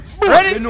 Ready